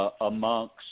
amongst